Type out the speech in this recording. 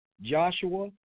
Joshua